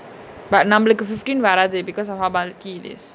but நம்மளுக்கு:nammaluku fifteen வராது:varaathu because of how bulky it is